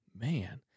man